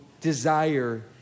desire